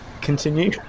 Continue